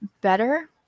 better